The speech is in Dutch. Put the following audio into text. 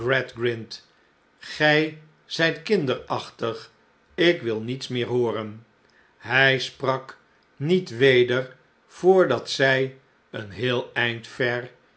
gij zijt kinderachtig ik wil niets meer hooreh hij sprak niet weder voordat zij een heel eind ver